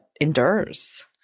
endures